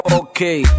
okay